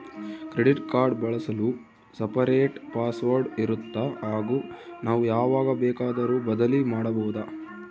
Credit card ಬಳಸಲು separate password ಇರುತ್ತಾ ಹಾಗೂ ನಾವು ಯಾವಾಗ ಬೇಕಾದರೂ ಬದಲಿ ಮಾಡಬಹುದಾ?